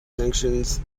sanctions